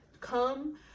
come